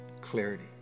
Clarity